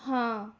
ਹਾਂ